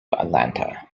atlanta